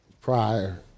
prior